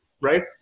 right